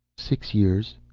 six years.